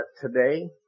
today